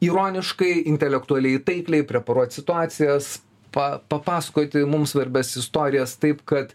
ironiškai intelektualiai taikliai preparuot situacijas pa papasakoti mums svarbias istorijas taip kad